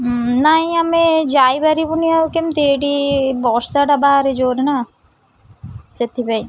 ନାଇଁ ଆମେ ଯାଇପାରିବୁନି ଆଉ କେମିତି ଏଇଠି ବର୍ଷାଟା ବାହାରେ ଜୋର ନା ସେଥିପାଇଁ